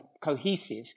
cohesive